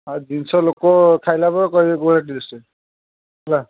ଆଉ ଜିନିଷ ଲୋକ ଖାଇଲା ପରେ କହିବେ କେଉଁ ଭଳିଆ ଟେଷ୍ଟ ହେଲା